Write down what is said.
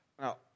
Now